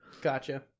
Gotcha